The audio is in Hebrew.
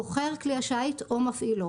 חוכר כלי השיט או מפעילו,